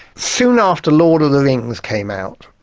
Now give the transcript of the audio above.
soon after lord of the rings came out,